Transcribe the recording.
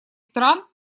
стран